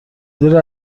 زیرا